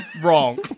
wrong